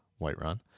Whiterun